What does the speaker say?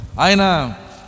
Aina